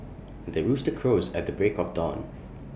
the rooster crows at the break of dawn